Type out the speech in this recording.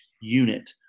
unit